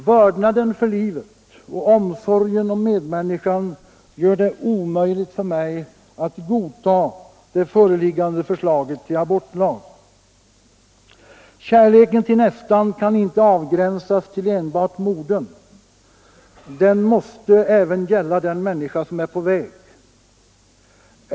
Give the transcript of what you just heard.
Vördnaden för livet och omsorgen om medmänniskan gör det omöjligt för mig att godta det föreliggande förslaget till abortlag. Kärleken till nästan kan inte avgränsas till enbart modern. Den måste även gälla den människa som är på väg.